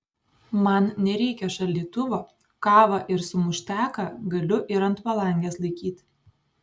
man nereikia šaldytuvo kavą ir sumušteką galiu ir ant palangės laikyt